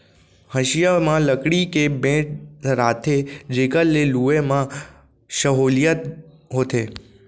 हँसिया म लकड़ी के बेंट धराथें जेकर ले लुए म सहोंलियत होथे